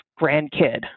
grandkid